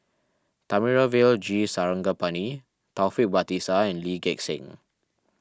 Thamizhavel G Sarangapani Taufik Batisah and Lee Gek Seng